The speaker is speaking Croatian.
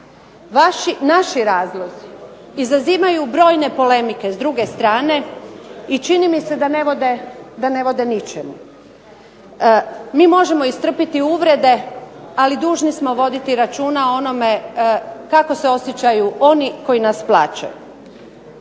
Naši razlozi izazimaju brojne polemike s druge strane i čini mi se da ne vode ničemu. Mi možemo istrpiti uvrede, ali dužni smo voditi računa o onome kako se osjećaju oni koji nas plaćaju.